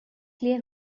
clear